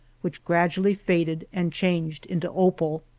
which gradually faded and changed into opal.